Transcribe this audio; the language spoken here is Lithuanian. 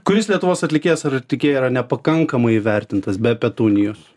kuris lietuvos atlikėjas ar atlikėja yra nepakankamai įvertintas be petunijos